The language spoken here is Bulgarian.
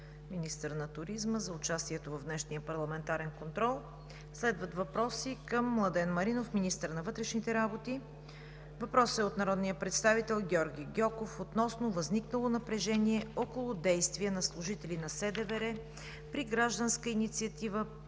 министър на туризма, за участието в днешния парламентарен контрол. Следва въпрос към министъра на вътрешните работи Младен Маринов от народния представител Георги Гьоков относно възникнало напрежение около действия на служители на СДВР при гражданска инициатива,